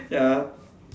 ya